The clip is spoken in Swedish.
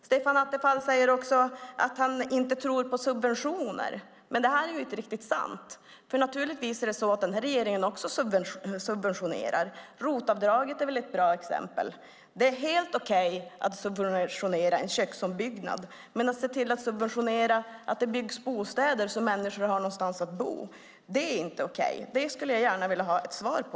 Stefan Attefall säger att han inte tror på subventioner, men det är inte riktigt sant. Den här regeringen subventionerar också. ROT-avdraget är ett bra exempel. Det är helt okej att subventionera en köksombyggnad. Men att se till att det byggs bostäder så att människor har någonstans att bo är inte okej. Varför det är så skulle jag gärna vilja ha ett svar på.